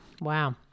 Wow